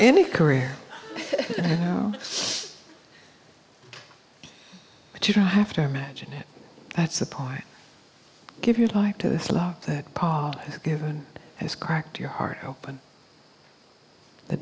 any career but you don't have to imagine it that's the point give your life to this luck that part given has cracked your heart open the